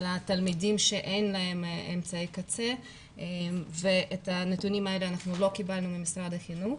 התלמידים שאין להם אמצעי קצה ואת הנתונים האלה לא קיבלנו ממשרד החינוך.